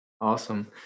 Awesome